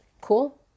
cool